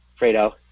Fredo